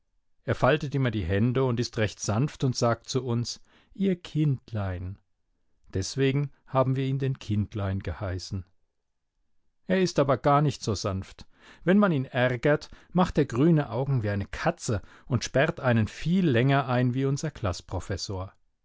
er faltet immer die hände und ist recht sanft und sagt zu uns ihr kindlein deswegen haben wir ihn den kindlein geheißen er ist aber gar nicht so sanft wenn man ihn ärgert macht er grüne augen wie eine katze und sperrt einen viel länger ein wie unser